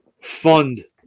fund